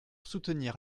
soutenir